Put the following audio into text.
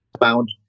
found